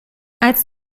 als